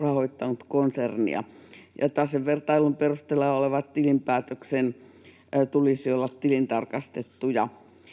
rahoittanut konsernia, ja tasevertailun perusteena olevan tilinpäätöksen tulisi olla tilintarkastettu.